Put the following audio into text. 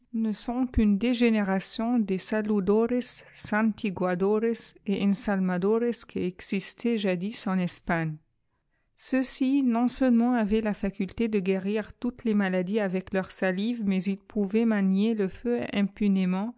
ne sont qu'une dégénération des saludores santiguadores et ènsalmadores qui existaient jadis en espagne ceux-ci non-seulement avaient ta faculté de guérir toutes les maladies avec leur salive mais ils pouvaient manier le feu imeunément